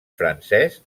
francès